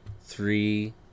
three